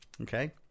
Okay